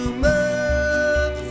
move